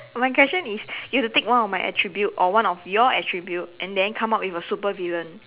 my question is you have to pick one of my attribute or one of your attribute and then come up with a supervillain